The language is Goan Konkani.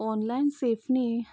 ऑनलाय सेफ न्ही